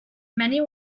many